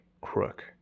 crook